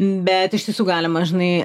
bet iš tiesų galima žinai